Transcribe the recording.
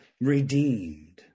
redeemed